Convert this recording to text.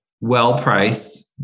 well-priced